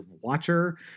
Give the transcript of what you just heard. Watcher